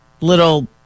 little